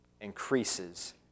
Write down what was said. increases